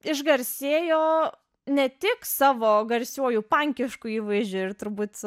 išgarsėjo ne tik savo garsiuoju pankišku įvaizdžiu ir turbūt